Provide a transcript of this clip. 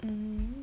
hmm